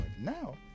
Now